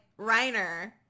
reiner